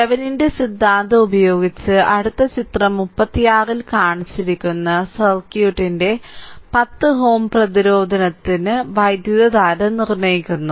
തെവെനിന്റെ സിദ്ധാന്തം ഉപയോഗിച്ച് അടുത്തത് ചിത്രം 36 ൽ കാണിച്ചിരിക്കുന്ന സർക്യൂട്ടിന്റെ 10 Ω പ്രതിരോധത്തിന് 10 Ω പ്രതിരോധത്തിലൂടെ വൈദ്യുതധാര നിർണ്ണയിക്കുന്നു